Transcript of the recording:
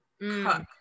cook